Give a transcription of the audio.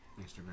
Instagram